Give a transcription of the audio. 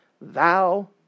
thou